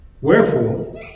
Wherefore